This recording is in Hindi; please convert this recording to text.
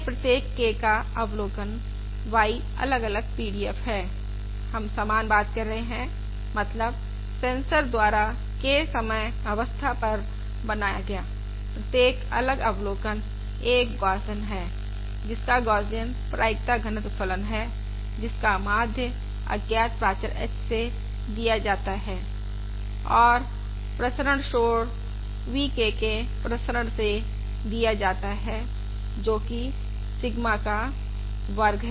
यह प्रत्येक K का अवलोकन y अलग अलग PDF है हम समान बात कह रहे हैं मतलब सेंसर द्वारा K समय अवस्था पर बनाया गया प्रत्येक अलग अवलोकन एक गौसियन है जिसका गौसियन प्रायिकता घनत्व फलन है जिसका माध्य अज्ञात प्राचर h से दिया जाता है और प्रसरण शोर v k के प्रसरण से दिया जाता है जाता है जोकि सिग्मा का वर्ग है